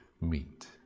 meet